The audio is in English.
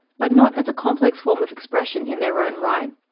but not as a complex form of expression in their own right.